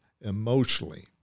emotionally